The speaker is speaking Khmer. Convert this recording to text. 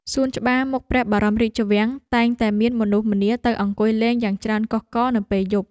សួនច្បារមុខព្រះបរមរាជវាំង តែងតែមានមនុស្សម្នាទៅអង្គុយលេងយ៉ាងច្រើនកុះករនៅពេលយប់។